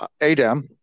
Adam